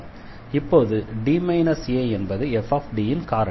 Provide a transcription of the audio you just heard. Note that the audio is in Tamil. இப்போது D a என்பது f ன் காரணி